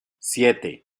siete